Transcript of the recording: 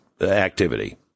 activity